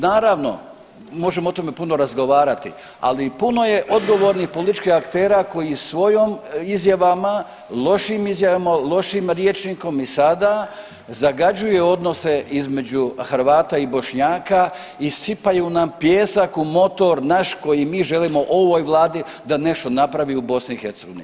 Naravno, možemo o tome puno razgovarati, ali puno je odgovornih političkih aktera koji svojom izjavama, lošim izjavama, lošim rječnikom i sada zagađuje odnose između Hrvata i Bošnjaka i sipaju nam pijesak u motor naš koji mi želimo ovoj vladi da nešto napravi u BiH.